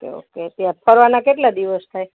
okay okay ત્યાં ફરવાના કેટલા દિવસ થાય